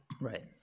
Right